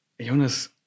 Jonas